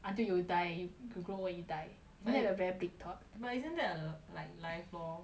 until you die you grow old and you die but isn't that a very big thought but isn't that a like life lor